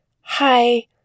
Hi